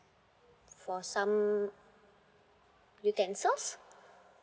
for some utensils